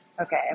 Okay